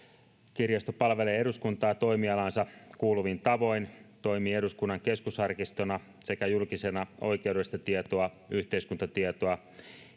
kirjasto palvelee eduskuntaa toimialaansa kuuluvin tavoin toimii eduskunnan keskusarkistona sekä julkisena oikeudellista tietoa yhteiskuntatietoa